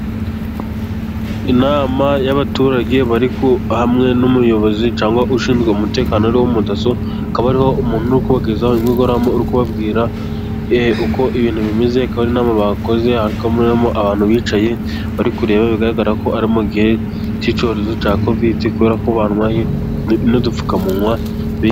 Inama y'abaturage bari hamwe n'umuyobozi cyangwa ushinzwe umutekano ari we mu daso akaba ariho umuntu kubagezaho kubababwira uko ibintu bimeze ko ari na bakoze amumo abantu bicaye bari kureba bigaragara ko ari mu gihe cy'icyorezo cya covid kubera ko bambaye n'udupfukamunwa bi...